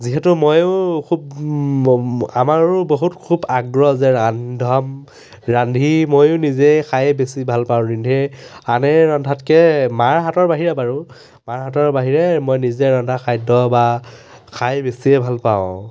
যিহেতু ময়ো খুব আমাৰো বহুত খুব আগ্ৰহ যে ৰান্ধম ৰান্ধি ময়ো নিজে খাই বেছি ভাল পাওঁ ৰান্ধি আনৰে ৰন্ধাতকৈ মাৰ হাতৰ বাহিৰে বাৰু মাৰ হাতৰ বাহিৰে মই নিজে ৰন্ধা খাদ্য বা খাই বেছিয়ে ভাল পাওঁ